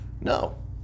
No